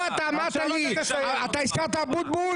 אמרת אבוטבול